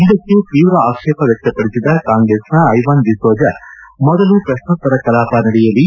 ಇದಕ್ಕೆ ತೀವ್ರ ಆಕ್ಷೇಪ ವ್ಯಕ್ತಪಡಿಸಿದ ಕಾಂಗ್ರೆಸ್ನ ಐವಾನ್ ಡಿಸೋಜಾ ಮೊದಲು ಪ್ರಶ್ನೋತ್ತರ ಕಲಾಪ ನಡೆಯಲಿ